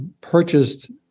purchased